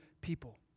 people